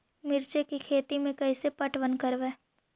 मिर्ची के खेति में कैसे पटवन करवय?